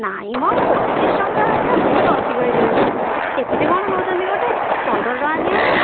ନାଇ ମ ପଚିଶ ଟଙ୍କାରେ ଏଇଟା ବହୁତ ଅଧିକା ହେଇଯାଉଛି ଏତେ କ'ଣ ନେଉଛନ୍ତି ଗୋଟେ ପନ୍ଦର ଟଙ୍କା ନିଅନ୍ତୁ